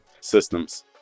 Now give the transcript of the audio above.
systems